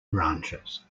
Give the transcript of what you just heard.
branches